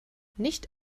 nicht